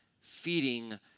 feeding